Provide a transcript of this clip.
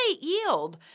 yield